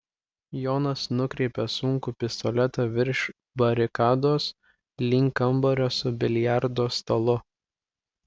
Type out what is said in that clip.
jonas nukreipė sunkų pistoletą virš barikados link kambario su biliardo stalu